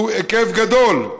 שהוא היקף גדול.